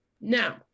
Now